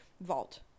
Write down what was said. vault